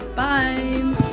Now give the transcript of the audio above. Bye